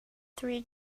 three